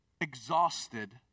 exhausted